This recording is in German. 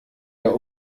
der